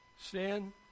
Sin